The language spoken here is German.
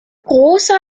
rosa